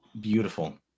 beautiful